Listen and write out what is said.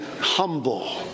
humble